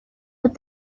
with